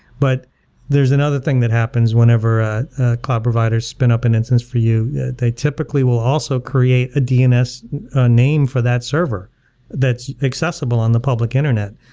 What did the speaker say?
but there's another thing that happens whenever a cloud provider spin up an instance for you. they typically will also create a dns name for that server that's accessible on the public internet,